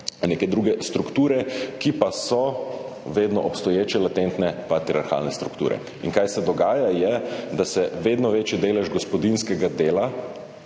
neke druge strukture, ki pa so vedno obstoječe latentne patriarhalne strukture. Kaj se dogaja, je to, da se vedno večji delež gospodinjskega dela,